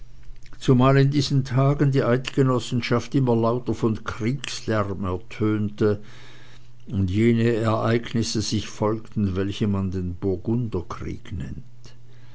zumal in diesen tagen die eidgenossenschaft immer lauter von kriegslärm ertönte und jene ereignisse sich folgten welche man den burgunderkrieg nennt